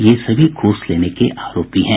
ये सभी घूस लेने के आरोपी हैं